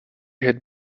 had